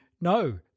no